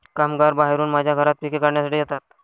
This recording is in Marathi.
कामगार बाहेरून माझ्या घरात पिके काढण्यासाठी येतात